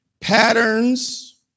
patterns